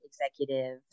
executive